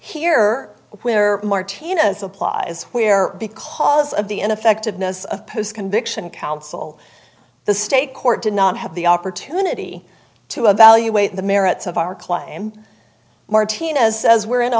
here where martinez applies where because of the in effect of post conviction counsel the state court did not have the opportunity to evaluate the merits of our claim martinez says we're in a